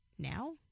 now